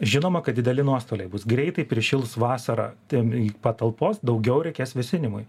žinoma kad dideli nuostoliai bus greitai prišils vasarą ten į patalpos daugiau reikės vėsinimui